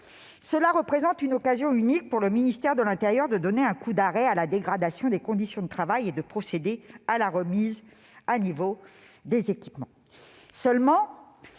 cela représente une occasion unique pour le ministère de l'intérieur de donner un coup d'arrêt à la dégradation des conditions de travail et de procéder à la remise à niveau des équipements. Reste